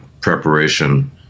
preparation